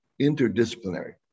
interdisciplinary